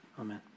Amen